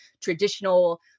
traditional